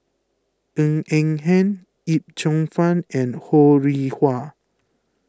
Ng Eng Hen Yip Cheong Fun and Ho Rih Hwa